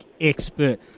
expert